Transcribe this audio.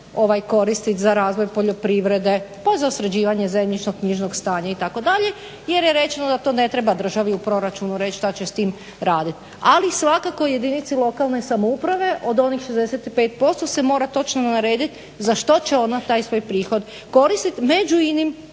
koristiti za razvoj poljoprivrede, pa za sređivanje zemljišno-knjižnog stanja itd. jer je rečeno da to ne treba državi u proračunu reći šta će s tim raditi. Ali svakako jedinici lokalne samouprave od onih 65% se mora točno naredit za što će ona taj svoj prihod koristiti. Među inim